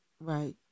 Right